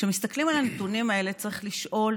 כשמסתכלים על הנתונים האלה צריך לשאול,